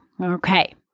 okay